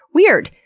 weird!